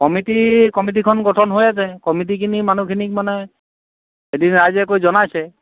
committee কমিটিখন গঠন হৈ আছে কমিটিখিনি মানুহখিনিক মানে এদিন ৰাইজে গৈ জনাইছে